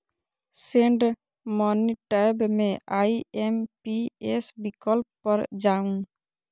send money tab मे IMPS विकल्प पर जाउ